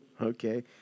Okay